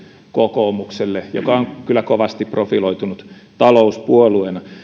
kokoomukselle joka on kyllä kovasti profiloitunut talouspuolueena